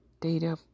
data